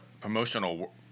promotional